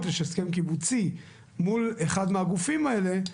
יש הסכם קיבוצי מול אחד מהגופים האלה,